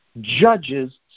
judges